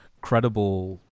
credible